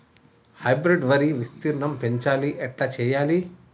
Hybrid వరి విస్తీర్ణం పెంచాలి ఎట్ల చెయ్యాలి?